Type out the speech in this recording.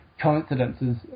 coincidences